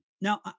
Now